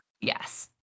Yes